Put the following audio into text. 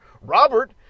Robert